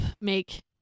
make